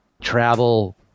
travel